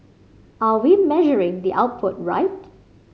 are we measuring the output right